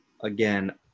again